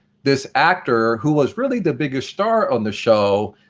this actor, who was really the biggest star on the show,